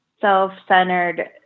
self-centered